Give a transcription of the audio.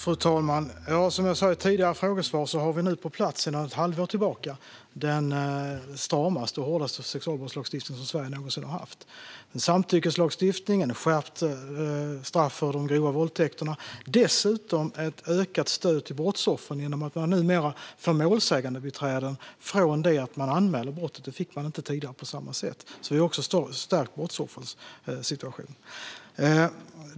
Fru talman! Som jag sa i ett tidigare svar har vi sedan ett halvår tillbaka på plats den stramaste och hårdaste sexualbrottslagstiftning som Sverige någonsin har haft. Vi har samtyckeslagstiftning, skärpt straff för de grova våldtäkterna och dessutom ökat stöd till brottsoffren genom att man numera får ett målsägandebiträde från det att man anmäler brottet. Tidigare fick man inte det på samma sätt. Det har också stärkt brottsoffrets situation.